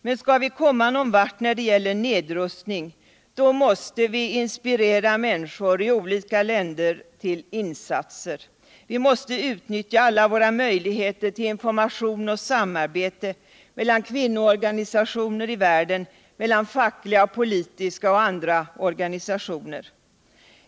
Men skall vi komma någon vart när det gäller nedrustning, då måste vi inspirera minniskor i olika länder tll insatser. Vi måste utnyttja alla våra möjligheter till information och samarbete mellan kvinnoorganisationer i världen liksom meltan fackliga, politiska och andra organisationer.